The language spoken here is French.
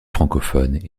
francophones